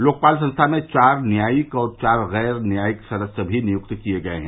लोकपाल संस्था में चार न्यायिक और चार गैर न्यायिक सदस्य भी नियुक्त किये गये हैं